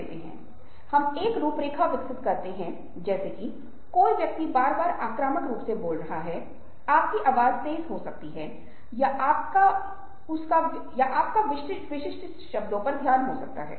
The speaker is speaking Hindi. क्योंकि अगर आप अपने आप को किसी और के जूते में रखते हैं और अगर आप किसी और के दर्द का अनुभव कर सकते हैं तो यह आपको वह कार्य करता है जो हमने पहले बात की थी और जो आपको विशिष्ट दिशाओं में ले जा सकता है